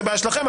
זה בעיה שלכם.